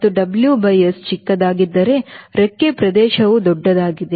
W by S ಚಿಕ್ಕದಾಗಿದ್ದರೆ ರೆಕ್ಕೆ ಪ್ರದೇಶವು ದೊಡ್ಡದಾಗಿದೆ